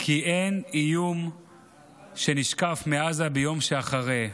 כי אין איום שנשקף מעזה ביום שאחרי.